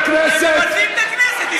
הם מבזים את הכנסת.